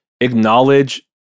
acknowledge